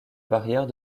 barrière